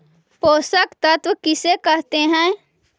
पोषक तत्त्व किसे कहते हैं?